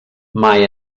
mai